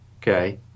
Okay